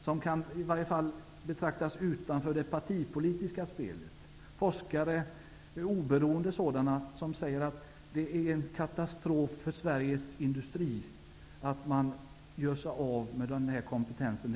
De kan i varje fall betraktas som stående utanför det partipolitiska spelet. Oberoende forskare säger att det är en katastrof för Sveriges industri att göra sig av med denna kompetens.